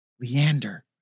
Leander